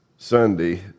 Sunday